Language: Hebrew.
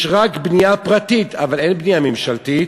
יש רק בנייה פרטית אבל אין בנייה ממשלתית.